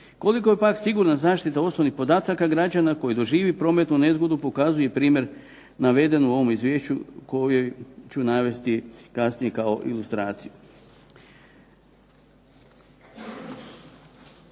Koliko je pak sigurna zaštita osobnih podataka građana koji doživi prometnu nezgodu pokazuje i primjer naveden u ovom izvješću kojeg ću navesti kasnije kao ilustraciju.